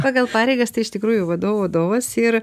pagal pareigas tai iš tikrųjų vadovų vadovas ir